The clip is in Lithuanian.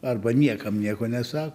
arba niekam nieko nesa